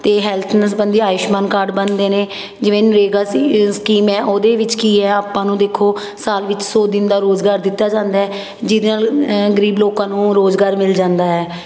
ਅਤੇ ਹੈਲਥ ਨਾਲ ਸੰਬੰਧੀ ਆਯੂਸ਼ਮਾਨ ਕਾਰਡ ਬਣਦੇ ਨੇ ਜਿਵੇਂ ਨਰੇਗਾ ਸੀਅ ਸਕੀਮ ਹੈ ਉਹਦੇ ਵਿੱਚ ਕੀ ਹੈ ਆਪਾਂ ਨੂੰ ਦੇਖੋ ਸਾਲ ਵਿੱਚ ਸੌ ਦਿਨ ਦਾ ਰੁਜ਼ਗਾਰ ਦਿੱਤਾ ਜਾਂਦਾ ਜਿਹਦੇ ਨਾਲ ਗਰੀਬ ਲੋਕਾਂ ਨੂੰ ਰੁਜ਼ਗਾਰ ਮਿਲ ਜਾਂਦਾ ਹੈ